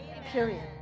period